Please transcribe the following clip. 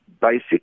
basic